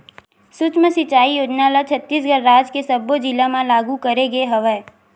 सुक्ष्म सिचई योजना ल छत्तीसगढ़ राज के सब्बो जिला म लागू करे गे हवय